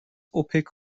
اوپک